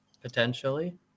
potentially